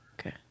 Okay